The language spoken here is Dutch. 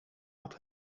had